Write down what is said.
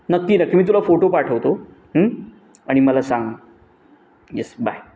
नक्की नक्की मी तुला फोटो पाठवतो आणि मला सांग यस बाय